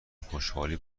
خوشحالی